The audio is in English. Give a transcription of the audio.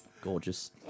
Gorgeous